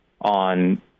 on